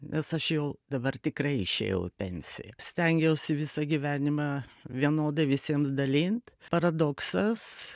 nes aš jau dabar tikrai išėjau į pensiją stengiausi visą gyvenimą vienodai visiems dalint paradoksas